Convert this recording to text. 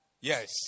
Yes